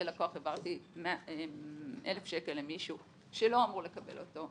אני כלקוח העברתי אלף שקל למישהו שלא אמור לקבל אותו,